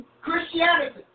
Christianity